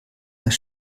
das